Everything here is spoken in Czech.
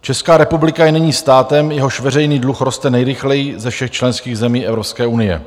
Česká republika je nyní státem, jehož veřejný dluh roste nejrychleji ze všech členských zemí Evropské unie.